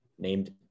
Named